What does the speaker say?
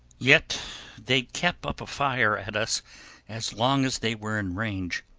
yet they kept up a fire at us as long as they were in range.